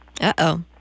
Uh-oh